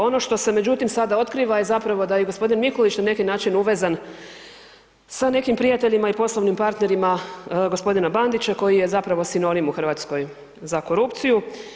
Ono što se međutim sada otkriva je da je gospodin Mikulić na neki način uvezan sa nekim prijateljima i poslovnim partnerima gospodina Bandića koji je zapravo sinonim u Hrvatskoj za korupciju.